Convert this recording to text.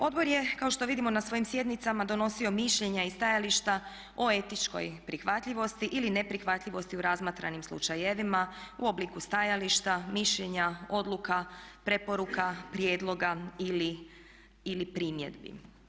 Odbor je kao što vidimo na svojim sjednicama donosio mišljenja i stajališta o etičkoj prihvatljivosti ili neprihvatljivosti u razmatranim slučajevima u obliku stajališta, mišljenja, odluka, preporuka, prijedloga ili primjedbi.